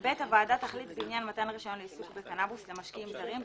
(ב) הוועדה תחליט בעניין מתן רישיון לעיסוק בקנבוס למשקיעים זרים,